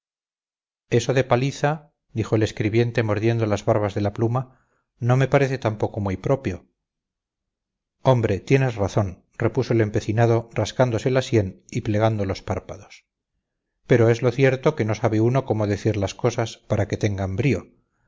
eso de paliza dijo el escribiente mordiendo las barbas de la pluma no me parece tampoco muy propio hombre tienes razón repuso el empecinado rascándose la sien y plegando los párpados pero es lo cierto que no sabe uno cómo decir las cosas para que tengan brío